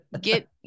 Get